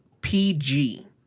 PG